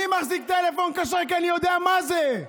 אני מחזיק טלפון כשר כי אני יודע מה זה.